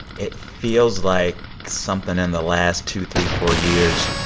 it feels like something in the last two, three, four years,